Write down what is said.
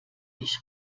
ich